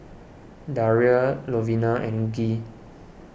Daria Lovina and Gee